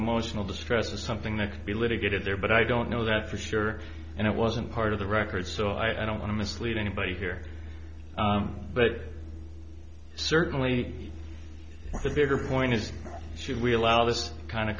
emotional distress is something that could be litigated there but i don't know that for sure and it wasn't part of the record so i don't want to mislead anybody here but certainly the bigger point is should we allow this kind of